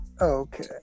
Okay